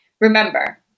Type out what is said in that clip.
Remember